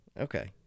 Okay